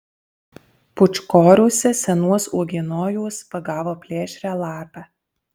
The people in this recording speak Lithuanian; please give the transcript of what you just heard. pūčkoriuose senuos uogienojuos pagavo plėšrią lapę